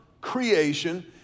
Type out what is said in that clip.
creation